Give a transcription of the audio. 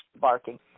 barking